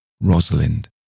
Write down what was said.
Rosalind